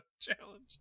challenge